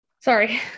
Sorry